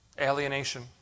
alienation